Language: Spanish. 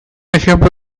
ejemplo